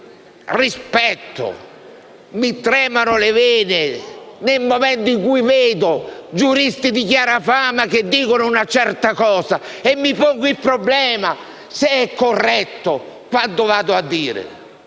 ho rispetto e mi tremano le vene nel momento in cui vedo giuristi di chiara fama che dicono una certa cosa e mi pongo il problema se sia corretto quanto dichiaro.